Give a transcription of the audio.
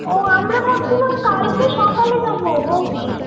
ও আমরা ভাবছিলাম কালকে সকালে যাবো বৌদি